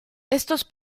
estos